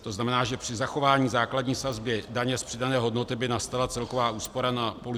To znamená, že při zachování základní sazby daně z přidané hodnoty by nastala celková úspora na půl litru piva